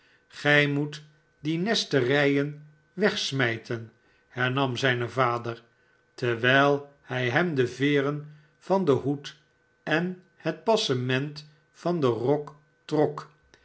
gij moet die nesterijen wegsmijten hernam zijn vader terwijl hij hem de veeren van den hoed en het passement van den rok trok